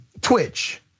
Twitch